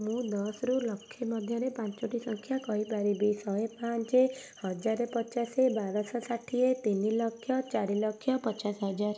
ମୁଁ ଦଶରୁ ଲକ୍ଷେ ମଧ୍ୟରେ ପାଞ୍ଚଟି ସଂଖ୍ୟା କହିପାରିବି ଶହେ ପାଞ୍ଚ ହଜାରେ ପଚାଶ ବାରଶହ ଷାଠିଏ ତିନି ଲକ୍ଷ ଚାରି ଲକ୍ଷ ପଚାଶ ହଜାର